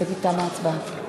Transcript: בהצבעה